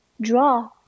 draw